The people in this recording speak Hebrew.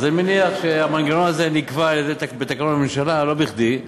אני מניח שהמנגנון הזה נקבע בתקנון הממשלה לא בכדי,